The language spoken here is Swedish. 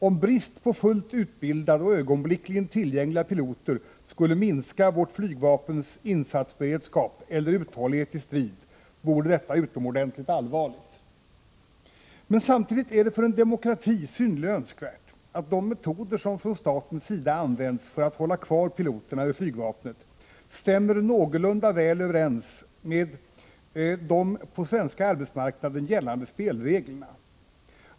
Om brist på fullt utbildade och ögonblickligen tillgängliga piloter skulle minska vårt flygvapens insatsberedskap eller uthållighet i strid vore det utomordentligt allvarligt. Samtidigt är det för en demokrati synnerligen önskvärt att de metoder som från statens sida används för att hålla kvar piloterna vid flygvapnet stämmer någorlunda väl överens med de på den svenska arbetsmarknaden gällande spelreglerna.